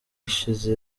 ishize